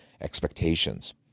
expectations